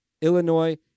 Illinois